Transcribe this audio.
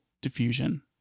Diffusion